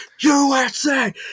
USA